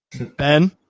Ben